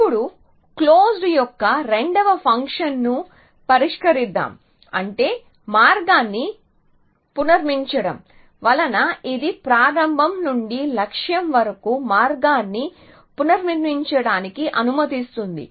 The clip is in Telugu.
ఇప్పుడు క్లోజ్డ్ యొక్క రెండవ ఫంక్షన్ను పరిష్కరిద్దాం అంటే మార్గాన్ని పునర్నిర్మించడం వలన ఇది ప్రారంభం నుండి లక్ష్యం వరకు మార్గాన్ని పునర్నిర్మించడానికి అనుమతిస్తుంది